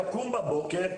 לקום בבוקר,